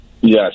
Yes